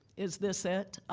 is this it?